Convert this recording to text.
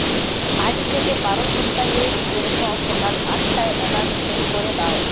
আজ থেকে বারো সপ্তাহের জন্য সকাল আটটায় অ্যালার্ম সেট করে দাও